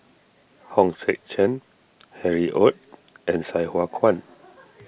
Hong Sek Chern Harry Ord and Sai Hua Kuan